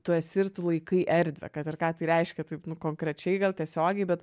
tu esi ir tu laikai erdvę kad ir ką tai reiškia taip nu konkrečiai gal tiesiogiai bet